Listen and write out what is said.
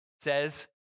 says